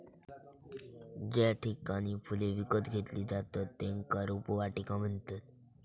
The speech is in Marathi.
ज्या ठिकाणी फुले विकत घेतली जातत त्येका रोपवाटिका म्हणतत